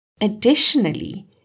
Additionally